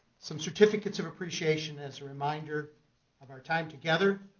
some certificates of appreciation as a reminder of our time together.